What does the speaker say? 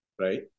right